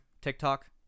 TikTok